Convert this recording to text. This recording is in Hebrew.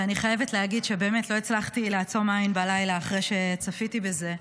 ואני חייבת להגיד שבאמת לא הצלחתי לעצום עין בלילה אחרי שצפיתי בזה.